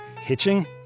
Hitching